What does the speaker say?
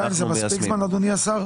חודשיים זה מספיק זמן אדוני השר?